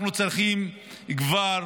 אנחנו צריכים כבר